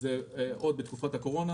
עוד בתקופת הקורונה